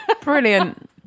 Brilliant